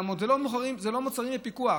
אלה לא מוצרים בפיקוח,